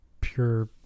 pure